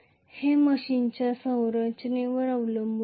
हे मशीनच्या संरचनेवर अवलंबून असते